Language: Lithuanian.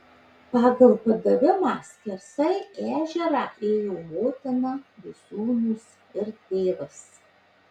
pagal padavimą skersai ežerą ėjo motina du sūnūs ir tėvas